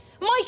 Mike